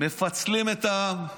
מפצלים את העם.